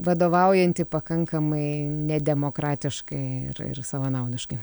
vadovaujantį pakankamai nedemokratiškai ir ir savanaudiškai